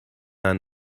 ein